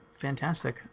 Fantastic